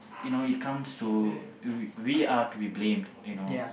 you know it comes to we are to be blamed you know